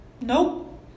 Nope